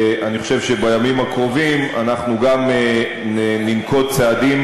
ואני חושב שבימים הקרובים אנחנו גם ננקוט צעדים